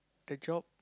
the job